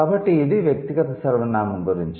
కాబట్టి ఇది వ్యక్తిగత సర్వనామం గురించి